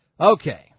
Okay